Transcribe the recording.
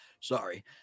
sorry